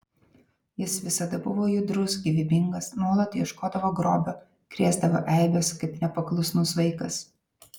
jis visada buvo judrus gyvybingas nuolat ieškodavo grobio krėsdavo eibes kaip nepaklusnus vaikas